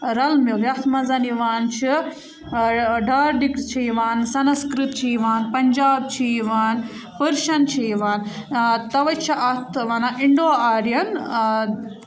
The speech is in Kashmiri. رَل میٚول یَتھ منٛز یِوان چھِ ٲں ڈارڈِکٕس چھِ یِوان سَنَسکرٛت چھِ یِوان پَنجاب چھِ یِوان پٔرشَن چھِ یِوان ٲں تَوَے چھِ اَتھ وَنان اِنٛڈو آریَن ٲں